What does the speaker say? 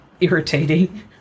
irritating